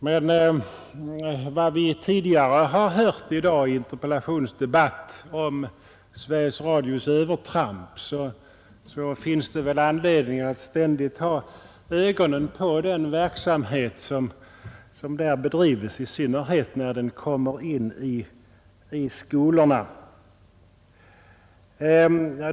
Men efter vad vi tidigare har hört i dag om Sveriges Radios övertramp finns det väl anledning att ständigt ha ögonen på den verksamhet som där bedrivs, i synnerhet när den kommer in i skolorna.